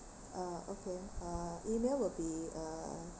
uh okay uh email will be uh